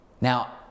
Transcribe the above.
Now